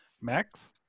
Max